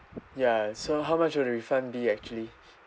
ya so how much would the refund be actually